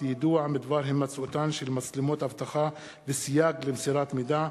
יידוע בדבר הימצאותן של מצלמות אבטחה וסייג למסירת מידע,